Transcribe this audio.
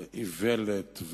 איוולת,